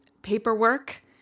paperwork